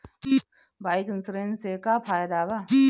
Bike insurance से का फायदा बा?